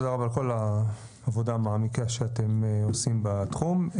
תודה רבה על כל העבודה מעמיקה שאתם עושים בתחום.